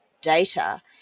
data